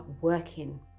working